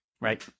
right